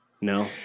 No